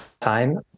time